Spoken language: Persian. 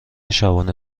شبانه